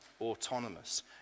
autonomous